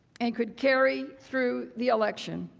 and could carry through the election.